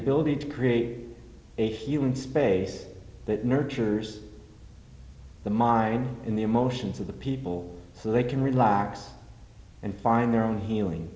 ability to create a human space that nurtures the mind in the emotions of the people so they can relax and find their own healing